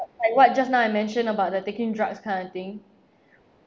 like what just now I mentioned about the taking drugs kind of thing